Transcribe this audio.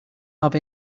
have